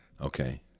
Okay